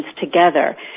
together